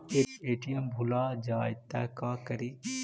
ATM भुला जाये त का करि?